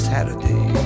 Saturday